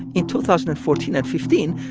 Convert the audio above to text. in two thousand and fourteen and fifteen,